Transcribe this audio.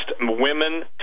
women